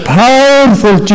powerful